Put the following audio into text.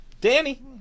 Danny